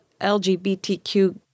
LGBTQ